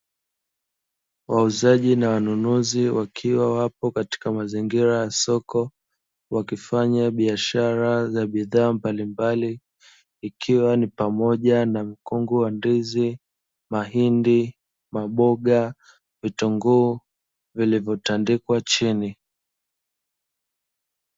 Wauzaji na wanunuzi wakiwa wapo katika mazingira ya soko, wakifanya biashara za bidhaa mbali mbali ikiwa ni pamoja na: mkungu wa ndizi, mahindi, maboga na vitunguu, vilivotandikwa chini.